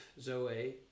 zoe